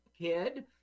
kid